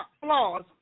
flaws